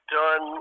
done